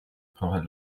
por